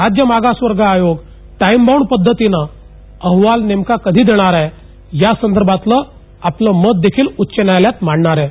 राज्य मागासवर्ग आयोग टाईम बाऊंड पद्धतीनं आपला अहवाल नेमका कधी देणार आहेत यासंदर्भातलं आपलं देखील उच्च न्यायालयात मांडणार आहेत